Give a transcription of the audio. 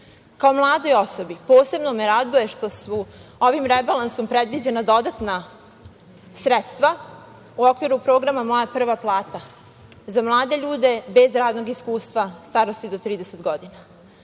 mladoj osobi posebno me raduje što su ovim rebalansom predviđena dodatna sredstva u okviru programa - "Moja prva plata" za mlade ljude bez radnog iskustva starosti do 30 godina. Zbog